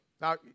now